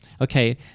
Okay